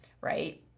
right